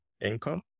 income